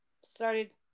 started